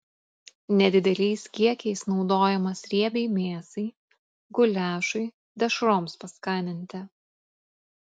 nedideliais kiekiais naudojamas riebiai mėsai guliašui dešroms paskaninti